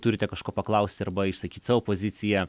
turite kažko paklausti arba išsakyt savo poziciją